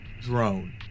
drone